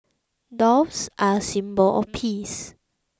doves are a symbol of peace